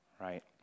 right